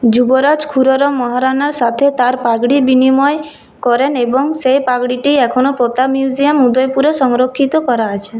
যুবরাজ খুররম মহারানার সাথে তাঁর পাগড়ি বিনিময় করেন এবং সেই পাগড়িটি এখনও প্রতাপ মিউজিয়াম উদয়পুরে সংরক্ষিত করা আছে